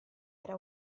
era